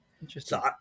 Interesting